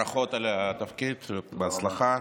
ברכות על התפקיד ובהצלחה.